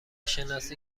شناسی